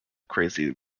crazy